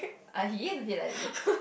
ah he is a bit like me